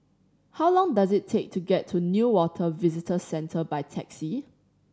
how long does it take to get to Newater Visitor Centre by taxi